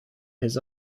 his